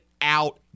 out